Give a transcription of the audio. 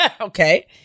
Okay